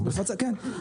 כן.